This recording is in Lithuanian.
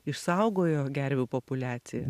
išsaugojo gervių populiaciją